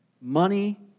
money